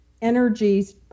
energies